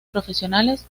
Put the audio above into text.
profesionales